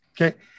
Okay